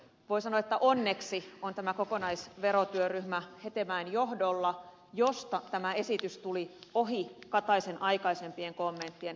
voi sanoa että onneksi on tämä kokonaisverotyöryhmä hetemäen johdolla josta tämä esitys tuli ohi kataisen aikaisempien kommenttien